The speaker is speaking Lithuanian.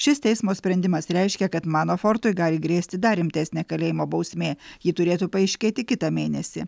šis teismo sprendimas reiškia kad manafortui gali grėsti dar rimtesnė kalėjimo bausmė ji turėtų paaiškėti kitą mėnesį